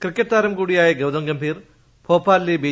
cricketer കൂടിയായ ഗൌതം ഗംഭീർ ഭോപ്പാലിലെ B